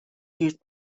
used